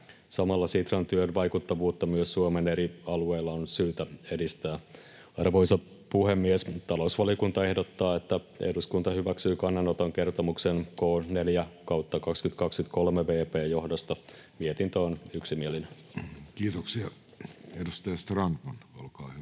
Samalla Sitran työn vaikuttavuutta myös Suomen eri alueilla on syytä edistää. Arvoisa puhemies! Talousvaliokunta ehdottaa, että eduskunta hyväksyy kannanoton kertomuksen K 4/2023 vp. johdosta. Mietintö on yksimielinen. [Speech 121] Speaker: